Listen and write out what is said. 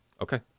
Okay